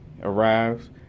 arrives